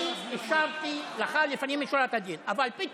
אני מבקש לתמוך בהצעה, בבקשה.